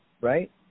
right